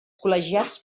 col·legiats